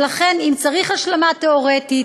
לכן, אם צריך השלמה תיאורטית,